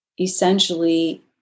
essentially